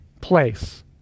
place